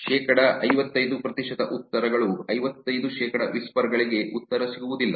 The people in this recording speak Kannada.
ಶೇಕಡಾ ಐವತ್ತೈದು ಪ್ರತಿಶತ ಉತ್ತರಗಳು ಐವತ್ತೈದು ಶೇಕಡಾ ವಿಸ್ಪರ್ ಗಳಿಗೆ ಉತ್ತರ ಸಿಗುವುದಿಲ್ಲ